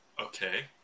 Okay